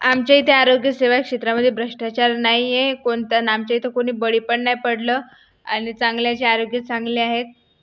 आमच्या इथे आरोग्यसेवा क्षेत्रामध्ये भ्रष्टाचार नाही आहे कोणतं ना आमच्या इथं कोणी बळी पण नाही पडलं आणि चांगल्याचे आरोग्य चांगले आहे